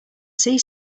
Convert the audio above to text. see